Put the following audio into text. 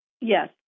yes